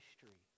history